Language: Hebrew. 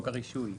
חוק הרישוי.